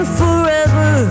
forever